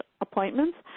appointments